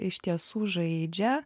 iš tiesų žaidžia